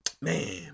man